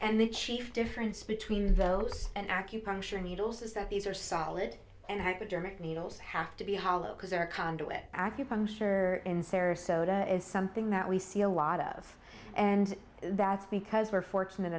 and the chief difference between those and acupuncture needles is that these are solid and hypodermic needles have to be hollow because they're a conduit acupuncture in sarasota is something that we see a lot of and that's because we're fortunate